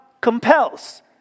compels